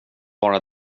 bara